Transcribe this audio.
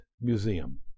Museum